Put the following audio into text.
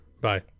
Bye